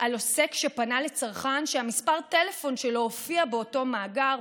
על עוסק שפנה לצרכן שמספר הטלפון שלו הופיע באותו מאגר,